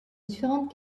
différentes